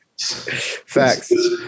facts